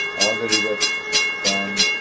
all the rivets prong,